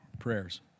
prayers